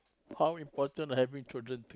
how important to having children